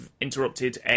interrupted